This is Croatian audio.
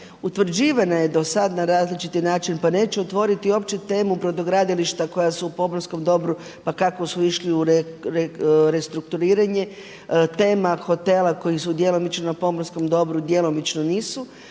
utvrđivana je do sada na različiti način pa neće otvoriti uopće temu brodogradilišta koja su u pomorskom dobru pa kako su ušli u restrukturiranje, tema hotela koji su djelomično na pomorskom dobru, djelomično nisu.